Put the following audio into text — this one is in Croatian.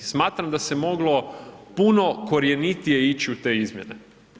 Smatram da se moglo puno korjenitije ići u te izmjene.